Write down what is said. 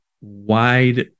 wide